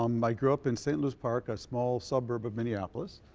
um i grew up in st. louis park a small suburb of minneapolis.